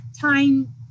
time